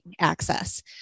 access